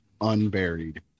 Unburied